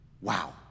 Wow